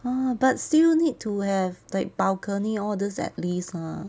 orh but still need to have like balcony all these at least lah